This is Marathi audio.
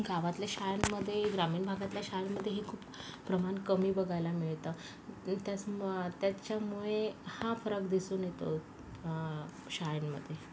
गावातल्या शाळांमध्ये ग्रामीण भागातल्या शाळांमध्येही खूप प्रमाण कमी बघायला मिळतं ते त्याच्या त्याच्यामुळे हा फरक दिसून येतो शाळेंमध्ये